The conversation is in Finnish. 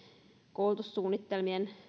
koulutussuunnitelmien